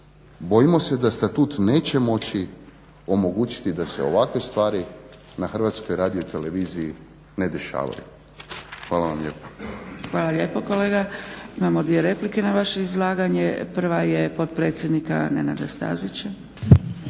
bojimo se da statut neće moći omogućiti da se ovakve stvari na HRT-u ne dešavaju. Hvala vam lijepa. **Zgrebec, Dragica (SDP)** Hvala lijepo kolega. Imamo dvije replike na vaše izlaganje. Prva je potpredsjednika Nenada Stazića.